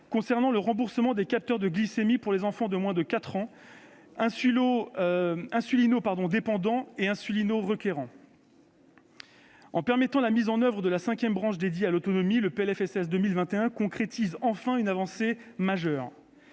concernant le remboursement des capteurs de glycémie pour les enfants de moins de quatre ans insulinodépendants et insulinorequérants. En permettant la mise en oeuvre de la cinquième branche dédiée à l'autonomie, le PLFSS concrétise enfin une avancée majeure.